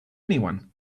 anyone